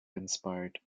inspired